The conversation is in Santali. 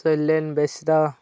ᱥᱚᱭᱞᱮᱱ ᱵᱮᱥᱨᱟ